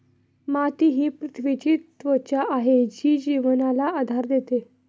माती ही पृथ्वीची त्वचा आहे जी जीवनाला आधार देते